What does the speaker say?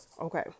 Okay